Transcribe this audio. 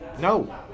No